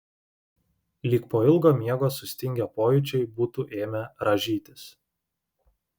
lyg po ilgo miego sustingę pojūčiai būtų ėmę rąžytis